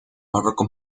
barroco